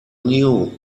knew